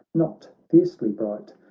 not fiercely bright.